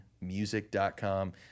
music.com